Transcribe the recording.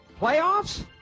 playoffs